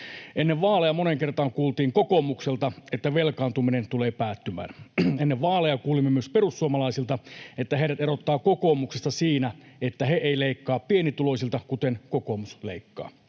Ennen vaaleja moneen kertaan kuultiin kokoomukselta, että velkaantuminen tulee päättymään. Ennen vaaleja kuulimme myös perussuomalaisilta, että heidät erottaa kokoomuksesta siitä, että he eivät leikkaa pienituloisilta, kuten kokoomus leikkaa.